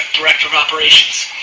director of operations.